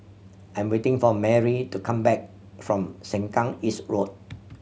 I am waiting for Merrie to come back from Sengkang East Road